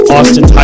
Austin